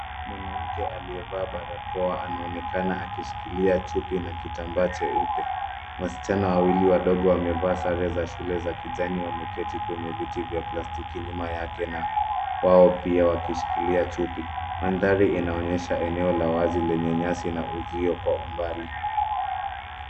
Mwanamke aliyevaa barakoa anaonekana akishikilia chupi na kitambaa cheupe. Wasichana wawili wadogo wamevaa sare za shule za kijani wameketi kwenye viti vya plastiki nyuma yake na wao pia wakishikilia chupi. Mandhari inaonyesha eneo la wazi lenye nyasi na uzio kwa mbali.